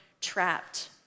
trapped